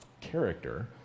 character